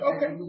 Okay